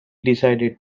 decided